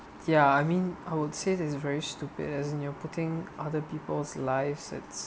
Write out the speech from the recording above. ya I mean I would say it is very stupid as in you're putting other people's lives in